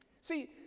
See